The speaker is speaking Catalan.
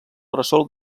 bressol